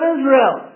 Israel